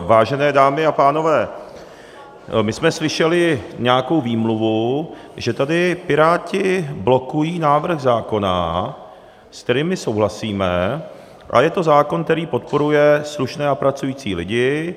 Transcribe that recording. Vážené dámy a pánové, my jsme slyšeli nějakou výmluvu, že tady Piráti blokují návrh zákona, se kterým my souhlasíme, a je to zákon, který podporuje slušné a pracující lidi.